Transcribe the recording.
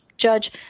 judge